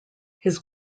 his